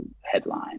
headline